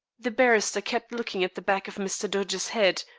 the barrister kept looking at the back of mr. dodge's head,